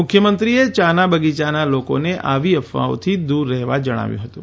મુખ્યમંત્રીએ યા ના બગીયાના લોકોને આવી અફવાથી દૂર રહેવા જણાવ્યું હતું